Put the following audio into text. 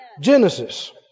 Genesis